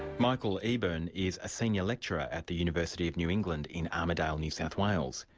michael eburn is a senior lecturer at the university of new england in armidale, new south wales.